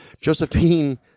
Josephine